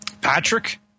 patrick